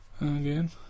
Again